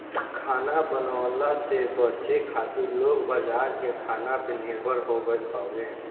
खाना बनवला से बचे खातिर लोग बाजार के खाना पे निर्भर हो गईल हवे